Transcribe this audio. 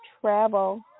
travel